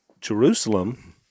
Jerusalem